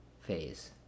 phase